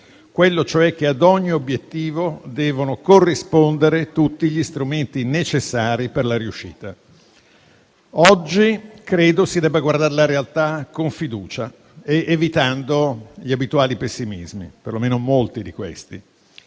quello cioè che, ad ogni obiettivo, devono corrispondere tutti gli strumenti necessari per la riuscita. Oggi credo si debba guardare alla realtà con fiducia, evitando gli abituali pessimismi, perlomeno molti di essi.